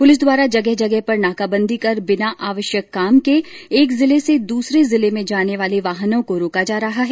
police द्वारा जगह जगह पर नाकाबंदी कर बिना आवश्यक काम के एक जिले से दूसरे जिले में जाने वाले वाहनों को रोका जा रहा है